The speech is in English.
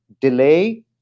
delay